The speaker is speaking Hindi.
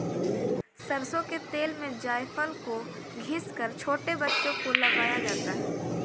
सरसों के तेल में जायफल को घिस कर छोटे बच्चों को लगाया जाता है